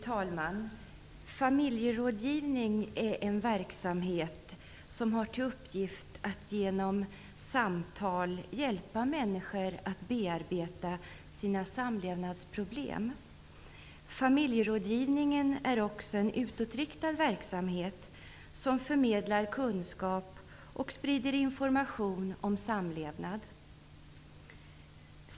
Fru talman! Familjerådgivning är en verksamhet som har till uppgift att genom samtal hjälpa människor att bearbeta samlevnadsproblem. Familjerådgivningen är också en utåtriktad verksamhet som förmedlar kunskap och sprider information om samlevnad.